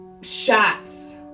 shots